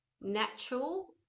natural